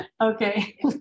Okay